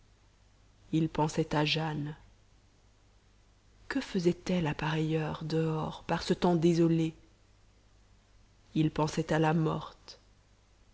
il pensait à jane que faisait-elle à pareille heure dehors par ce temps désolé il pensait à la morte